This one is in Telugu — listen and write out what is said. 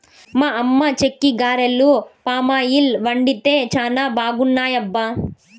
మా అమ్మ చెక్కిగారెలు పామాయిల్ వండితే చానా బాగున్నాయబ్బా